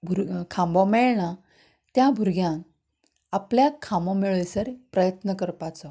भुरगो खांबो मेळना त्या भुरग्यान आपल्याक खांबो मेळसर प्रयत्न करपाचो